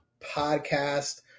podcast